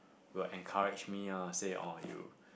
will encourage me ah say orh you